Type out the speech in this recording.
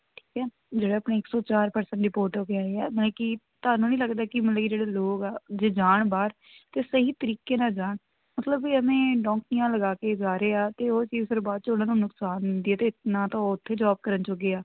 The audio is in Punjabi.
ਠੀਕ ਆ ਜਿਹੜੇ ਆਪਣੇ ਇੱਕ ਸੋ ਚਾਰ ਪਰਸਨ ਡਿਪੋਰਟ ਹੋ ਕੇ ਆਏ ਆ ਮਤਲਬ ਕਿ ਤੁਹਾਨੂੰ ਨਹੀਂ ਲੱਗਦਾ ਕਿ ਮਤਲਬ ਕਿ ਜਿਹੜੇ ਲੋਕ ਆ ਜੇ ਜਾਣ ਬਾਹਰ ਅਤੇ ਸਹੀ ਤਰੀਕੇ ਨਾਲ ਜਾਣ ਮਤਲਬ ਕੇ ਐਵੇਂ ਡੋਂਕੀਆ ਲਗਾ ਕੇ ਜਾ ਰਹੇ ਆ ਅਤੇ ਉਹ ਚੀਜ਼ ਫਿਰ ਬਾਅਦ 'ਚ ਉਹਨਾਂ ਨੂੰ ਨੁਕਸਾਨ ਦਿੰਦੀ ਹੈ ਅਤੇ ਨਾ ਤਾਂ ਉੱਥੇ ਜੋਬ ਕਰਨ ਜੋਗੇ ਆ